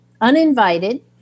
Uninvited